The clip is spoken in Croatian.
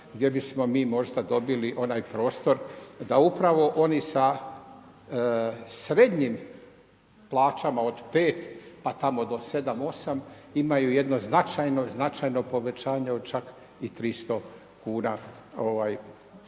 gdje bismo mi možda dobili onaj prostor da upravo oni sa srednjim plaćama od 5 pa tamo do 7, 8 imaju jedno značajno, značajno povećanje od čak i 300 kuna